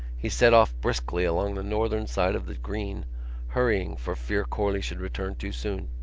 he set off briskly along the northern side of the green hurrying for fear corley should return too soon.